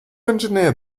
engineered